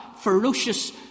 ferocious